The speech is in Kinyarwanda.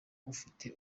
ufite